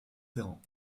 ferrand